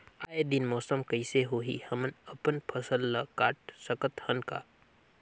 आय दिन मौसम कइसे होही, हमन अपन फसल ल काट सकत हन का?